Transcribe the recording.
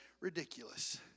ridiculous